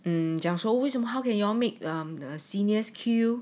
嗯讲说为什么 how can you make the seniors queue